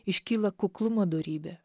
iškyla kuklumo dorybė